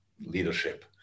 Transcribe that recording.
leadership